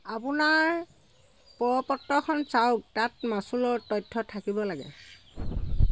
আপোনাৰ প্ৰ পত্ৰখন চাওক তাত মাচুলৰ তথ্য থাকিব লাগে